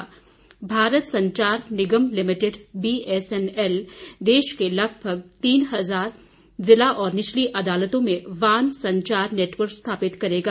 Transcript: BSNL Bharat Sanchar Nigam Limited BSNL देश के लगभग तीन हजार जिला और निचली अदालतों में वान संचार नेटवर्क स्थापित करेगी